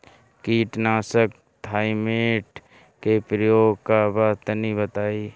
कीटनाशक थाइमेट के प्रयोग का बा तनि बताई?